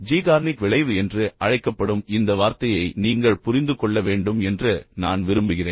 Zeigarnik விளைவு என்று அழைக்கப்படும் இந்த வார்த்தையை நீங்கள் புரிந்து கொள்ள வேண்டும் என்று நான் விரும்புகிறேன்